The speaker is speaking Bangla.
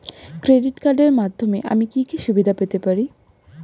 ক্রেডিট কার্ডের মাধ্যমে আমি কি কি সুবিধা পেতে পারি?